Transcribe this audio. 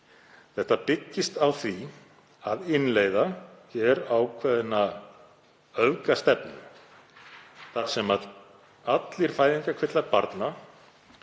þetta byggist á því að innleiða hér ákveðna öfgastefnu þar sem allir fæðingarkvillar barna